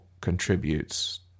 contributes